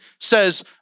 says